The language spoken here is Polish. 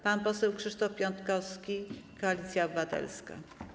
Pan poseł Krzysztof Piątkowski, Koalicja Obywatelska.